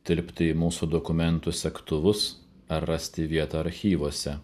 tilpti į mūsų dokumentų segtuvus ar rasti vietą archyvuose